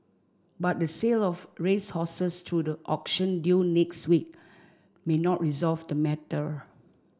but the sale of racehorses through the auction due next week may not resolve the matter